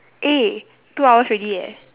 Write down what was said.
eh two hours already eh